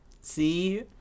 see